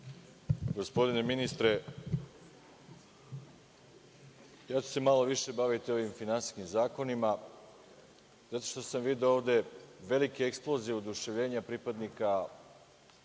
gospodine ministre, ja ću se malo više baviti ovim finansijskim zakonima, zato što sam video ovde velike eksplozije oduševljenja pripadnika